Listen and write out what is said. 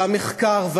המחקר,